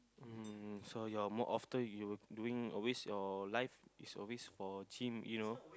um so you're more often you doing always your life is always for gym you know